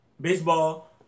Baseball